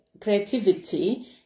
creativity